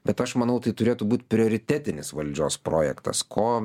bet aš manau tai turėtų būti prioritetinis valdžios projektas ko